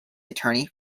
attorney